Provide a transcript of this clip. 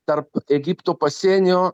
tarp egipto pasienio